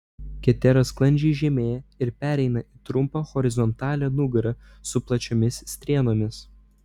ketera sklandžiai žemėja ir pereina į trumpą horizontalią nugarą su plačiomis strėnomis